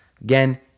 Again